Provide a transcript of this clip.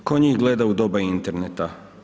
Tko njih gleda u doba interneta?